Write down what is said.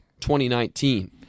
2019